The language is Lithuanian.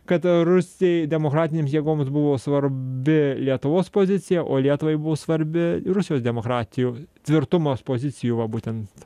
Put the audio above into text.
kad rusijai demokratinėms jėgoms buvo svarbi lietuvos pozicija o lietuvai buvo svarbi rusijos demokratijo tvirtumas pozicijų va būtent